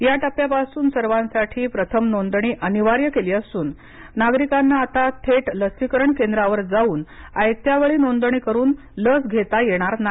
या टप्प्यापासून सर्वांसाठी प्रथम नोंदणी अनिवार्य केली असून नागरिकांना आता थेट लसीकरण केंद्रावर जाऊन आयत्यावेळी नोंदणी करून लस घेता येणार नाही